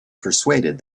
persuaded